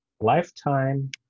lifetime